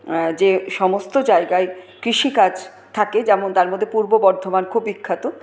যে সমস্ত জায়গায় কৃষিকাজ থাকে যেমন তার মধ্যে পূর্ব বর্ধমান খুব বিখ্যাত